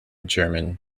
german